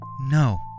No